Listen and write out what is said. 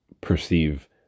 perceive